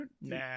nah